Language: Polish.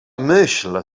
myśli